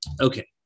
okay